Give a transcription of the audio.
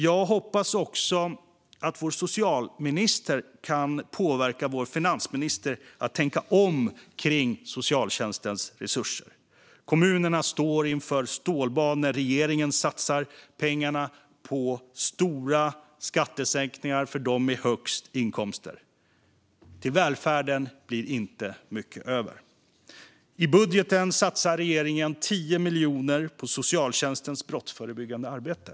Jag hoppas avslutningsvis att vår socialtjänstminister kan påverka vår finansminister att tänka om kring socialtjänstens resurser. Kommunerna står inför stålbad när regeringen satsar pengarna på stora skattesänkningar för dem med högst inkomster. Till välfärden blir inte mycket över. I budgeten satsar regeringen 10 miljoner på socialtjänstens brottsförebyggande arbete.